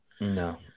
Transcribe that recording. No